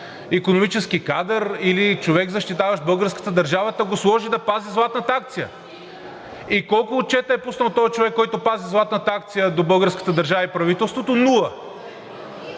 икономически кадър, или човек, защитаващ българската държава, та го сложи да пази златната акция. И колко отчете този човек, който пази златната акция, до българската държава и правителството – нула.